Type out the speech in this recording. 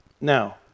Now